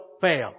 fail